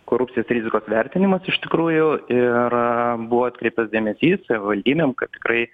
korupcijos rizikos vertinimas iš tikrųjų ir buvo atkreiptas dėmesį savivaldybėm kad tikrai